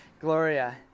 Gloria